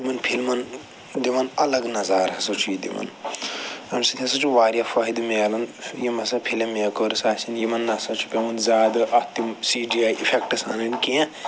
یِمن فِلمن دِوان الگ نظار ہَسا چھُ یہِ دِوان اَمہِ سۭتۍ ہَسا چھُ وارِیاہ فٲیدٕ مِلان یِم ہَسا فِلم میکٲرٕس آسَن یِمن نَہ سا چھُ پٮ۪وان زیادٕ اَتھ تِم سی ڈی آی اِفٮ۪کٹٕس اَنٕنۍ کیٚنٛہہ